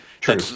true